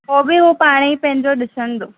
उहो बि उहो पाणे पंहिंजो डि॒संदो